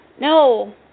No